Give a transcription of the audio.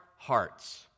hearts